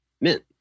mint